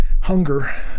hunger